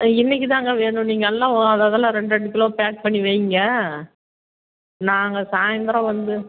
ஆ இன்றைக்கி தாங்க வேணும் நீங்கள் எல்லாம் அததெல்லாம் ரெண்டு ரெண்டு கிலோ பேக் பண்ணி வைங்க நாங்கள் சாயந்தரம் வந்து